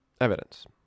evidence